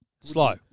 Slow